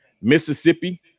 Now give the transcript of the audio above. Mississippi